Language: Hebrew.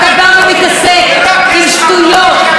אתה בא ומתעסק עם שטויות.